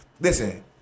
listen